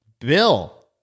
Bill